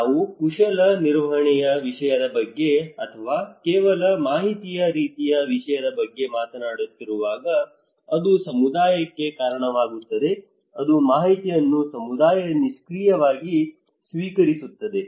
ನಾವು ಕುಶಲ ನಿರ್ವಹಣೆಯ ವಿಷಯದ ಬಗ್ಗೆ ಅಥವಾ ಕೇವಲ ಮಾಹಿತಿಯ ರೀತಿಯ ವಿಷಯದ ಬಗ್ಗೆ ಮಾತನಾಡುತ್ತಿರುವಾಗ ಅದು ಸಮುದಾಯಕ್ಕೆ ಕಾರಣವಾಗುತ್ತದೆ ಅದು ಮಾಹಿತಿಯನ್ನು ಸಮುದಾಯ ನಿಷ್ಕ್ರಿಯವಾಗಿ ಸ್ವೀಕರಿಸುತ್ತದೆ